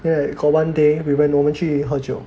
ya then got one day we went 我们去喝酒